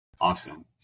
Awesome